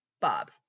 Bob